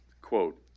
quote